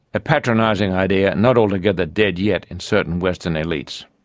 a patronising idea not altogether dead yet in certain western elites.